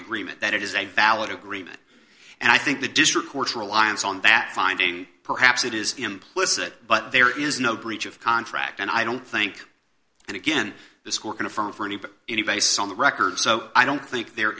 agreement that it is a valid agreement and i think the district court's reliance on that finding perhaps it is implicit but there is no breach of contract and i don't think and again this court can affirm for any any based on the record so i don't think there